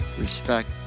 respect